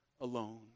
alone